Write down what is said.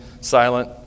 silent